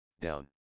down